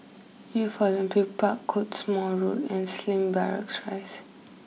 Youth Olympic Park Cottesmore Road and Slim Barracks Rise